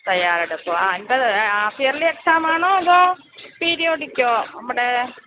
തയ്യാറെടുക്കുവാൻ ആ എന്താ half yearly എക്സാമാണോ അതോ പിരിയോടിക്കോ നമ്മുടെ